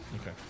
Okay